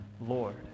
Lord